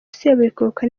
seburikoko